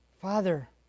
Father